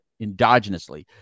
endogenously